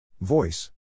Voice